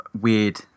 weird